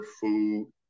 food